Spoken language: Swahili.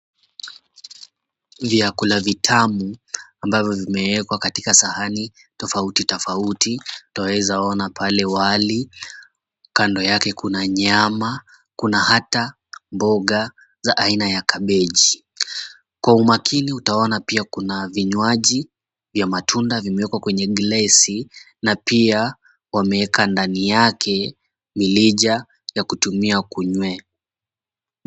Vyakula vitamu ambavyo vimeekwa katika sahani tofauti tofauti. Twawezaona pale wali, kando yake kuna nyama kuna hata mboga za aina ya kabeji. Kwa umakini utaona pia kuna vinywaji vya matunda vimewekwa kwenye glesi na pia wameweka ndani yake mirija ya kutumia kunywea.